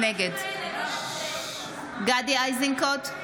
נגד גדי איזנקוט,